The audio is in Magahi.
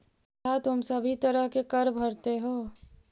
क्या तुम सभी तरह के कर भरते हो?